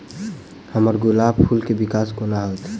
हम्मर गुलाब फूल केँ विकास कोना हेतै?